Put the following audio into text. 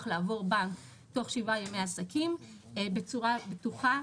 לעבור בנק תוך שבעה ימי עסקים בצורה בטוחה,